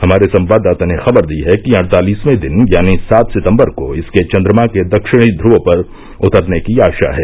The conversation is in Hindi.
हमारे संवाददाता ने खबर दी है कि अड़तालिसवें दिन यानी सात सितम्बर को इसके चंद्रमा के दक्षिणी ध्रुव पर उतरने की आशा है